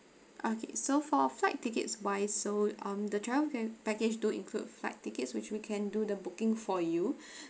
okay so for flight tickets wise so um the travel ca~ package do include flight tickets which we can do the booking for you